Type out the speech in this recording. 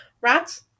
Rats